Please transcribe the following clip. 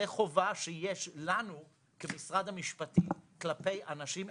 זאת חובה שיש לנו כמשרד המשפטים כלפי אנשים עם מוגבלות.